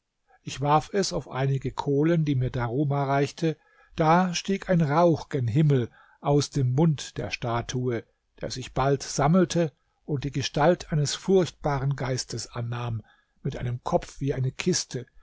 ich warf es auf einige kohlen die mir daruma reichte da stieg ein rauch gen himmel aus dem mund der statue der sich bald sammelte und die gestalt eines furchtbaren geistes annahm mit einem kopf wie eine kiste